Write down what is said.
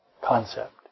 Concept